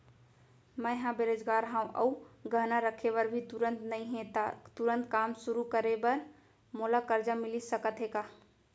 मैं ह बेरोजगार हव अऊ गहना रखे बर भी तुरंत नई हे ता तुरंत काम शुरू करे बर मोला करजा मिलिस सकत हे का?